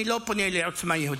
אני לא פונה לעוצמה יהודית: